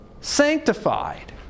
sanctified